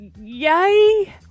Yay